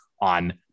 on